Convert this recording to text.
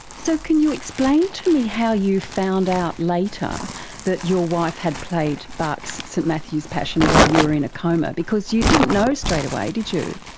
so can you explain to me how you found out later that your wife had played bach's st matthew's passion while you are in a coma, because he didn't know straight away, did you?